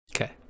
Okay